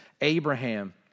Abraham